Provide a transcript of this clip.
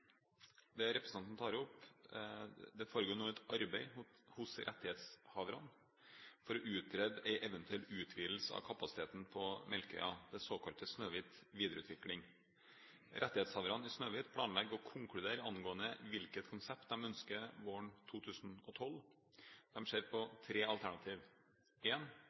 representanten tar opp, foregår det nå et arbeid hos rettighetshaverne for å utrede en eventuell utvidelse av kapasiteten på Melkøya, det såkalte Snøhvit videreutvikling. Rettighetshaverne i Snøhvit planlegger å konkludere angående hvilket konsept de ønsker, våren 2012. De ser på tre alternativer: en